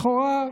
לכאורה,